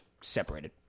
separated